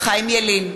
חיים ילין,